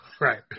right